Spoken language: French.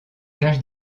cage